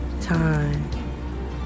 Time